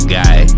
guy